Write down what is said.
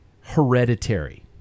Hereditary